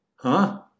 Huh